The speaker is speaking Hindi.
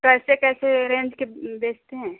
कैसे कैसे रेंज के बेचते हैं